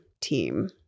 team